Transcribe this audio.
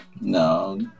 No